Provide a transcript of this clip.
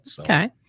Okay